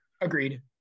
Agreed